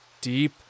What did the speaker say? Deep